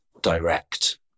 direct